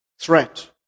threat